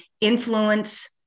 influence